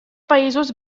països